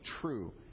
true